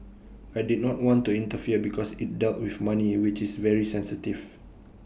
I did not want to interfere because IT dealt with money which is very sensitive